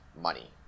money